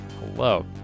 hello